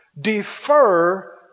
Defer